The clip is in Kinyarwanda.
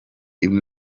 imwe